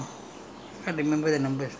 I don't know what number lah they have numbers